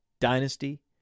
dynasty